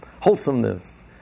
wholesomeness